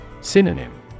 Synonym